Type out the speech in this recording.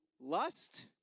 lust